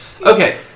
Okay